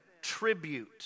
tribute